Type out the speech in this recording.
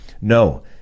No